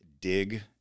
dig